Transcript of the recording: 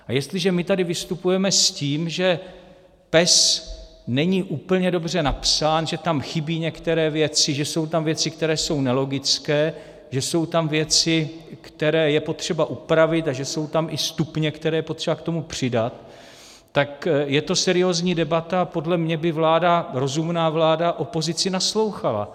A jestliže my tady vystupujeme s tím, že PES není úplně dobře napsán, že tam chybí některé věci, že jsou tam věci, které jsou nelogické, že jsou tam věci, které je potřeba upravit, a že jsou tam i stupně, které je potřeba k tomu přidat, tak je to seriózní debata a podle mě by vláda, rozumná vláda opozici naslouchala.